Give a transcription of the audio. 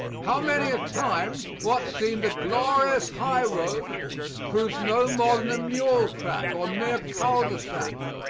how many a time what seemed a glorious high road proves no more than a mule track or mere cul-de-sac.